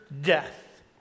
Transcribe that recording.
death